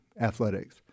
athletics